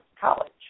college